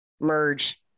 merge